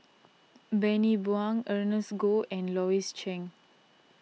Bani Buang Ernest Goh and Louis Chen